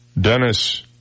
Dennis